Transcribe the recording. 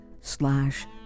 slash